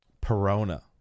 perona